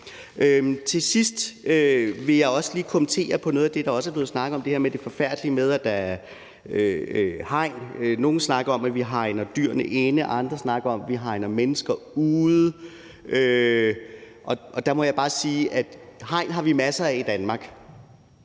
Til sidst vil jeg også lige kommentere på noget af det, der også er blevet snakket om, nemlig det her med det forfærdelige med, at der er hegn. Nogle snakker om, at vi hegner dyrene inde, og andre snakker om, at vi hegner mennesker ude, og der må jeg bare sige, at vi har masser af hegn i Danmark,